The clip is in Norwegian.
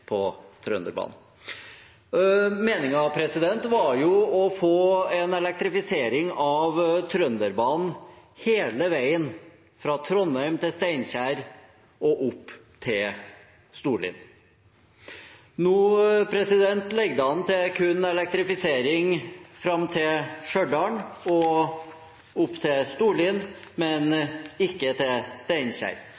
på Trønderbanen. Meningen var jo å få elektrifisering av Trønderbanen hele veien fra Trondheim til Steinkjer og opp til Storlien. Nå ligger det an til elektrifisering kun fram til Stjørdal og opp til Storlien, men